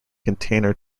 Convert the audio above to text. container